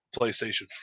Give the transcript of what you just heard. PlayStation